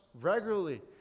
regularly